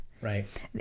Right